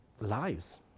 lives